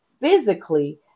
physically